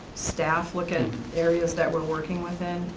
staff look at areas that we're working within,